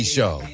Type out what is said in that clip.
Show